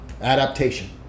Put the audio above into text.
Adaptation